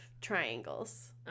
triangles